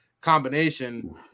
combination